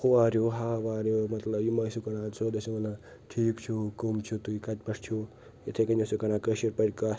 who are you how are you مطلب یہِ مہٕ آسِو کران سیٛود آسِو ونان ٹھیٖک چھُو کٕم چھُو تُہۍ کتہٕ پٮ۪ٹھ چھُو یتھٔے پٲٹھۍ آسِو کران کٲشِرۍ پٲٹھۍ کَتھ